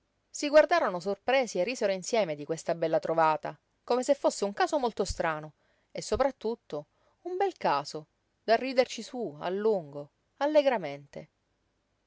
si guardarono sorpresi e risero insieme di questa bella trovata come se fosse un caso molto strano e sopra tutto un bel caso da riderci sú a lungo allegramente